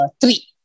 three